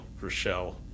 Rochelle